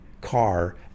car